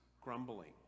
grumbling